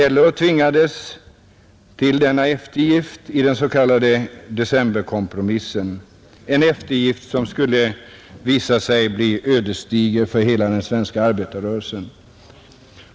LO tvingades till denna eftergift i den s.k. decemberkompromissen — en eftergift som skulle visa sig bli ödesdiger för hela den svenska arbetarrörelsen.